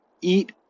Eat